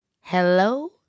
hello